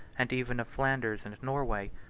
and even of flanders and norway,